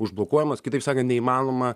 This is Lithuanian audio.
užblokuojamas kitaip sakant neįmanoma